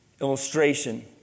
illustration